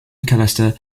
mcallister